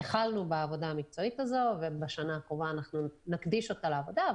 החלנו בעבודה המקצועית הזו ובשנה הקרובה אנחנו נקדיש אותה לעבודה.